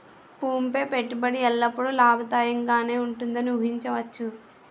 భూమి పై పెట్టుబడి ఎల్లప్పుడూ లాభదాయకంగానే ఉంటుందని ఊహించవచ్చు